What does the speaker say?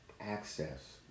access